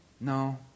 No